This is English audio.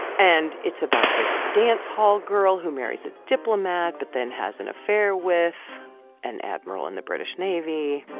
and it's about this dance hall girl who marries a diplomat but then has an affair with an admiral in the british navy.